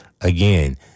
again